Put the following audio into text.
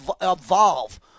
evolve